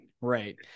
right